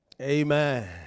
Amen